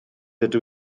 ydw